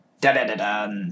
Da-da-da-da